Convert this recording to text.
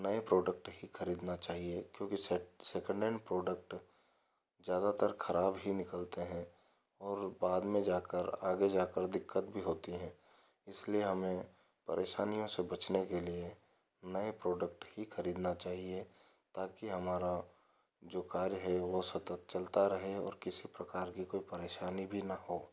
नए प्रोडक्ट ही खरीदना चाहिए क्योंकि सेकेंड सेकेंड हैंड प्रोडक्ट ज़्यादातर ख़राब ही निकलते हैं और बाद में जाकर आगे जाकर दिक्कत भी होती है इसलिए हमें परेशानियों से बचने के लिए नए प्रोडक्ट ही खरीदना चाहिए ताकि हमारा जो कार्य है वो सतत चलता रहे और किसी प्रकार की कोई परेशानी भी न हो